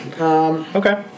Okay